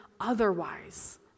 otherwise